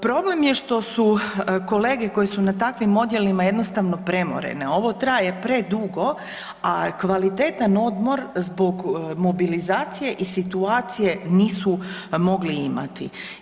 Problem je što su kolege koje su na takvim odjelima jednostavno premorene, ovo traje predugo a kvalitetan odmor zbog mobilizacije i situacije, nisu mogli imati.